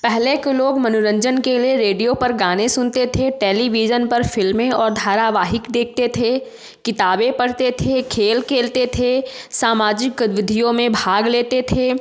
पहले के लोग मनोरंजन के लिए रेडियो पर गाने सुनते थे टेलीविज़न पर फ़िल्में और धारावाहिक देखते थे किताबें पढ़ते थे खेल खेलते थे सामाजिक गतिविधियों में भाग लेते थे